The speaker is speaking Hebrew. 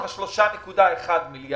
מיליארד שקלים מתוך ה-3.1 מיליארד